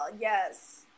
yes